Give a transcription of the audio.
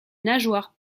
nageoires